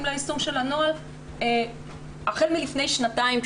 ליישום של הנוהל החל מלפני שנתיים,